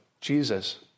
Jesus